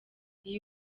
iyi